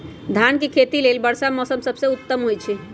धान के खेती लेल वर्षा मौसम सबसे उत्तम होई छै